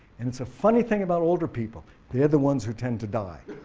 and it's a funny thing about older people, they're the ones who tend to die.